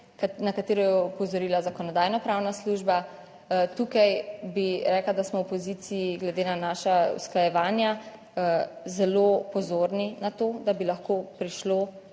na katero je opozorila Zakonodajno-pravna služba. Tukaj bi rekla, da smo v opoziciji glede na naša usklajevanja zelo pozorni na to, da bi lahko prišlo